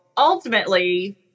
Ultimately